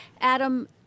Adam